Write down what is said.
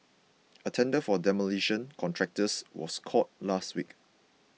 a tender for demolition contractors was called last week